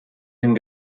den